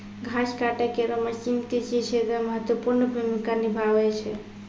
घास काटै केरो मसीन कृषि क्षेत्र मे महत्वपूर्ण भूमिका निभावै छै